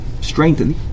strengthen